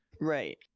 right